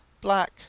Black